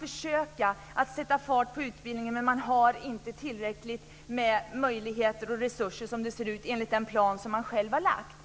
vill sätta fart på utbildningen, men man har inte tillräckligt med möjligheter och resurser enligt den plan som man själv har lagt.